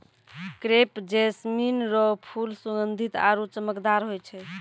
crepe jasmine रो फूल सुगंधीत आरु चमकदार होय छै